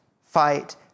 fight